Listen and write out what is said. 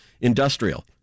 industrial